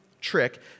trick